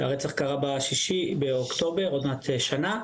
הרצח קרה ב-6 באוקטובר, עוד מעט שנה.